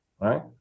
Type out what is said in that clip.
right